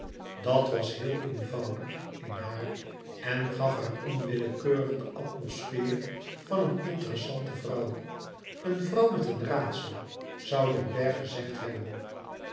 dat was heel eenvoudig in haar en gaf haar onwillekeurig de atmosfeer van een interessante vrouw een vrouw met een raadsel zoû den bergh gezegd hebben